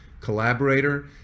collaborator